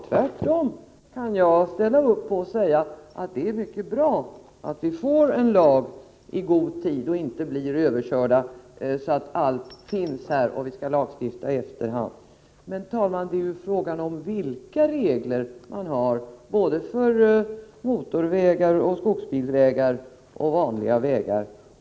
Tvärtom kan jag ställa upp och säga att det är mycket bra att vi får en lag i god tid, så att vi inte blir överkörda när allt redan finns här och vi skall lagstifta i efterhand. Men, herr talman, det är fråga om vilka regler man har både för motorvägar, skogsbilvägar och vanliga vägar.